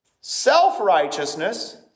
self-righteousness